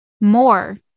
more